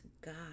God